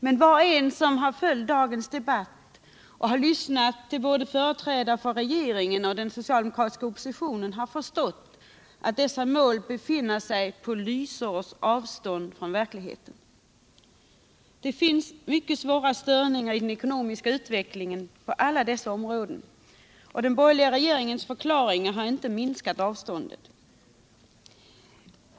Var och en som följt dagens debatt och lyssnat till både företrädare för regeringen och den socialdemokratiska oppositionen har förstätt att dessa mål befinner sig på ljusårs avstånd från verkligheten. Det finns mycket svåra störningar i den ekonomiska utvecklingen på alla dessa områden. Den borgerliga regeringens förklaringar har inte heller minskat avständet.